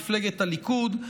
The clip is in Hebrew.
מפלגת הליכוד,